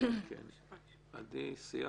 אדוני.